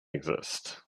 exist